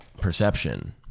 perception